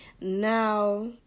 Now